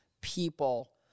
people